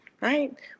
right